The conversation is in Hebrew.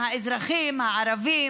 האזרחים הערבים,